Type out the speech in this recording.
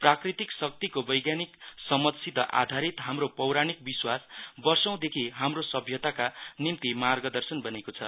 प्राकृतिक शक्तिको वैज्ञानिक समझसित आधारित हाम्रो पौराणिक विश्वास वर्षौ देखि हाम्रो सभ्यताका निम्ति मार्गदर्शन बनेको छ